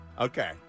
Okay